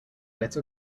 little